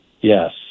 Yes